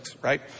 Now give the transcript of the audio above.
right